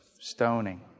stoning